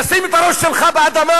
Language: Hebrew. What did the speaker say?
תשים את הראש שלך באדמה.